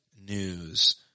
news